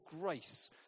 grace